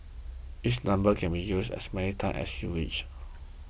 each number can be used as many times as you wish